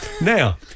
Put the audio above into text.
Now